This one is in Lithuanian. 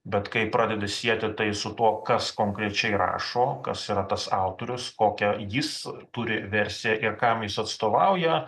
bet kai pradedi sieti tai su tuo kas konkrečiai rašo kas yra tas autorius kokią jis turi versiją ir kam jis atstovauja